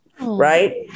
Right